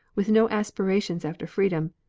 with no aspirations after freedom,